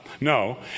No